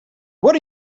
what